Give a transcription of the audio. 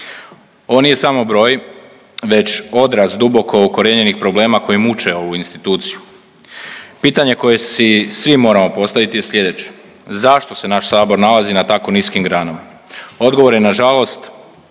Ovo nije samo broj već odraz duboko ukorijenjenih problema koji muče ovu instituciju. Pitanje koje si svi moramo postaviti je slijedeće, zašto se naš sabor nalazi na tako niskim granama? Odgovor je nažalost